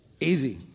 Easy